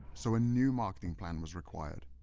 so, a new marketing plan was required.